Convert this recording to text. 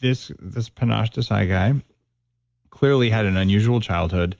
this this panache desai guy clearly had an unusual childhood.